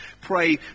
Pray